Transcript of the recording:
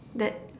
that